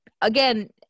again